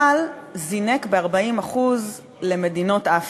אבל זינק ב-40% למדינות אפריקה.